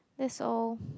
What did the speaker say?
that's all